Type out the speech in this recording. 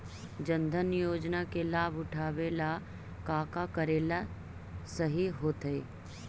जन धन योजना के लाभ उठावे ला का का करेला सही होतइ?